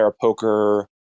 poker